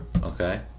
Okay